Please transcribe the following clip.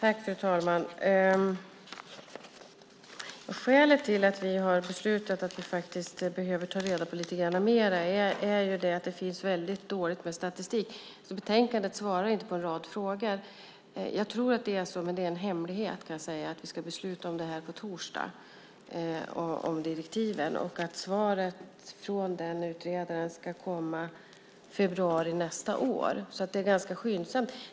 Fru talman! Skälet till att vi har beslutat att vi behöver ta reda på lite mer är att det finns väldigt dåligt med statistik. En rad frågor besvaras inte i betänkandet. Jag tror, men det är en hemlighet, att vi ska besluta om direktiven på torsdag. Svaret från den utredaren ska komma i februari nästa år, så det är ganska skyndsamt.